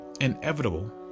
inevitable